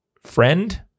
friend